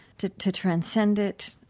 to to transcend it?